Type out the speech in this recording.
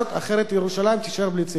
אחרת ירושלים תישאר בלי צעירים.